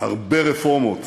הרבה רפורמות